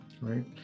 right